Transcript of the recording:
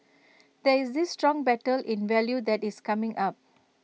there is this strong battle in value that is coming up